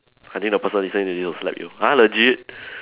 I think the person listening to you will slap you !huh! legit